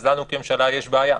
לנו כממשלה יש בעיה,